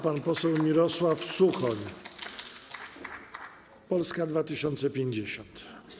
Pan poseł Mirosław Suchoń, Polska 2050.